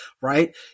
right